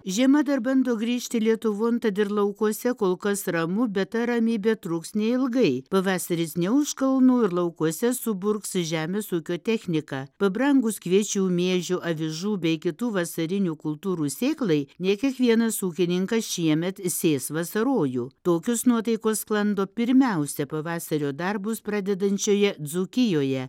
žiema dar bando grįžti lietuvon tad ir laukuose kol kas ramu bet ta ramybė truks neilgai pavasaris ne už kalnų ir laukuose suburgs žemės ūkio technika pabrangus kviečių miežių avižų bei kitų vasarinių kultūrų sėklai ne kiekvienas ūkininkas šiemet sės vasarojų tokios nuotaikos sklando pirmiausia pavasario darbus pradedančioje dzūkijoje